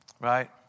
right